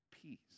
peace